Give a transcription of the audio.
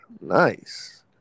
Nice